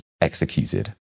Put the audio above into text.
executed